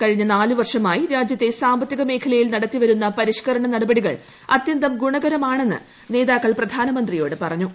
കഴിഞ്ഞ നാലു വർഷമായി രാജ്യത്തെ സാമ്പത്തിക മേഖലയിൽ നടത്തിവരുന്ന പരിഷ്ക്കൂരണ നടപടികൾ അത്യന്തം ഗുണകരമാണെന്ന് നേതാക്കൾ പ്രധാനമന്ത്രിട്ടിയാട്ട് പറഞ്ഞു